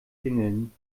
klingeln